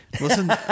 Listen